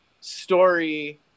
story